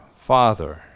Father